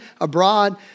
abroad